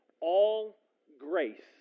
all-grace